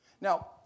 Now